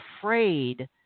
afraid